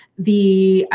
the.